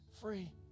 free